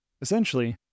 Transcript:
Essentially